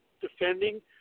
defending